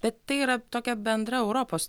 bet tai yra tokia bendra europos